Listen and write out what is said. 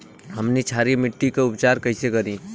हमनी क्षारीय मिट्टी क उपचार कइसे करी?